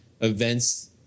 events